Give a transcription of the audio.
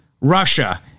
Russia